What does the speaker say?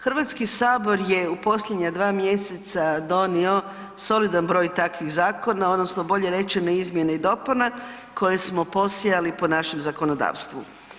Hrvatski sabor je posljednja dva mjeseca donio solidan broj takvih zakona odnosno bolje rečeno izmjene i dopune koje smo posijali po našem zakonodavstvu.